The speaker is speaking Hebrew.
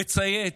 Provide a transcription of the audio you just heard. מצייץ,